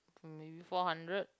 maybe four hundred